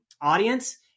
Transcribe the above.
audience